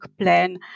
plan